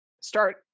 start